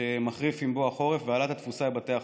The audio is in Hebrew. שמחריף עם בוא החורף ועליית התפוסה בבתי החולים.